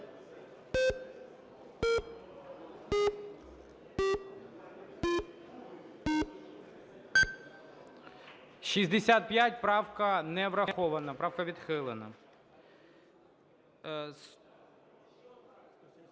За-65 Правка не врахована. Правка відхилена.